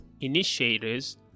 initiators